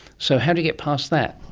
so how do you get past that?